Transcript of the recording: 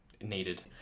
needed